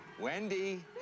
Wendy